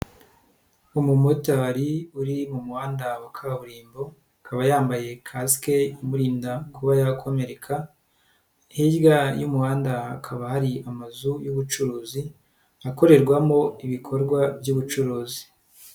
Umumotari uri mu muhanda wa kaburimbo, akaba yambaye kasike imurinda kuba yakomereka, hirya y'umuhanda hakaba hari amazu y'ubucuruzi, akorerwamo ibikorwa by'ubucuruzi.